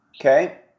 Okay